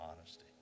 honesty